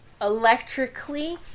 electrically